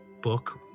book